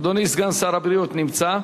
אדוני סגן שר הבריאות נמצא?